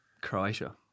Croatia